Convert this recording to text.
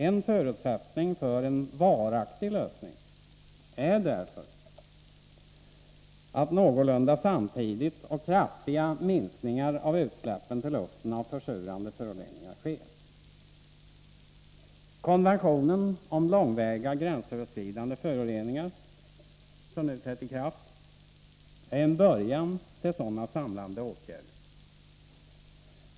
En förutsättning för en varaktig lösning är därför någorlunda samtidiga och kraftiga minskningar av utsläppen till luften av försurande föroreningar. Konventionen om långväga gränsöverskridande luftföroreningar, som nu trätt i kraft, är en början till sådana samlade åtgärder.